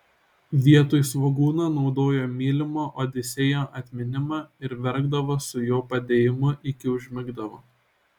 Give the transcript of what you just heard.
vietoj svogūno naudojo mylimo odisėjo atminimą ir verkdavo su jo padėjimu iki užmigdavo